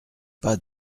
pas